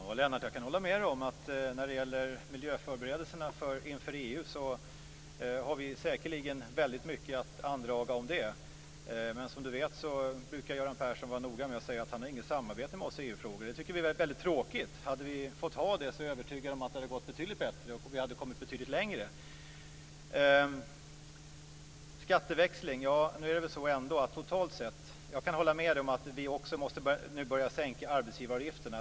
Fru talman! Jag kan hålla med Lennart Daléus om att när det gäller miljöförberedelserna inför ordförandeskapet i EU har vi säkerligen väldigt mycket att andra om det. Men som han vet brukar Göran Persson vara noga med att säga att han inte har något samarbete med oss i EU-frågor. Det tycker vi är väldigt tråkigt. Om vi hade fått ha det så är jag övertygad om att det hade gått betydligt bättre och att vi hade kommit betydligt längre. När det gäller skatteväxling kan jag hålla med Lennart Daléus om att vi nu också måste börja sänka arbetsgivaravgifterna.